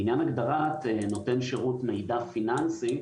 לעניין הגדרת נון שירות מידע פיננסי,